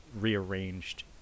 rearranged